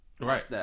Right